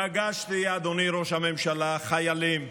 פגשתי, אדוני ראש הממשלה, חיילים,